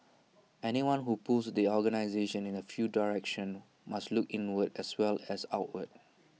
anyone who pulls the organisation in new direction must look inward as well as outward